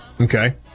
Okay